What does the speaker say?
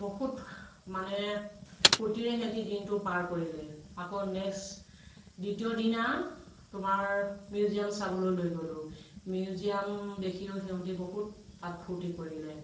বহুত মানে ফূৰ্তিৰে সিহঁতি দিনটো পাৰ কৰিলে আকৌ নেক্সট দ্বিতীয় দিনা তোমাৰ মিউজিয়াম চাবলৈ লৈ গ'লোঁ মিউজিয়াম দেখিও সিহঁতি বহুত তাত ফূৰ্তি কৰিলে